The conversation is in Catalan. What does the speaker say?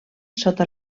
sota